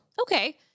Okay